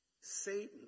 Satan